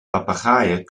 papagaaien